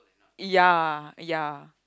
ya ya